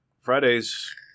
Fridays